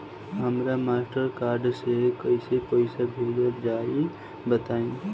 हमरा Mastercard से कइसे पईसा भेजल जाई बताई?